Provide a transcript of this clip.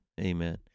Amen